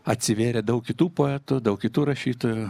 atsivėrė daug kitų poetų daug kitų rašytojų ir